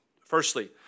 Firstly